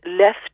left